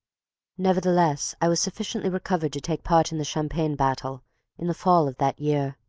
nevertheless, i was sufficiently recovered to take part in the champagne battle in the fall of that year,